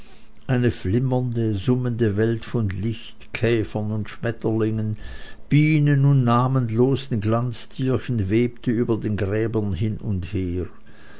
eine flimmernde summende welt von licht käfern und schmetterlingen bienen und namenlosen glanztierchen webte über den gräbern hin und her